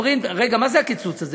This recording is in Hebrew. אומרים: רגע, מה זה הקיצוץ הזה?